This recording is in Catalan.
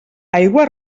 aigua